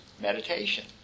meditation